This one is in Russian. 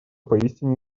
поистине